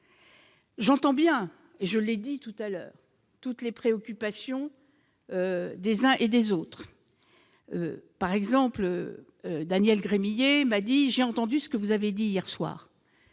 J'entends bien, je l'ai dit précédemment, les préoccupations des uns et des autres. Par exemple, Daniel Gremillet m'a dit : j'ai entendu ce que vous avez dit hier soir.